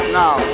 now